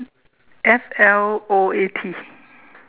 F L O A T